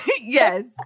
Yes